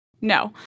No